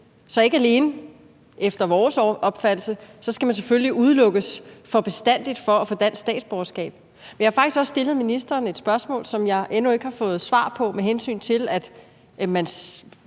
selvfølgelig efter vores opfattelse udelukkes for bestandig fra at få dansk statsborgerskab. Men jeg har faktisk også stillet ministeren et spørgsmål, som jeg endnu ikke har fået svar på, med hensyn til at man